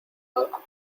nada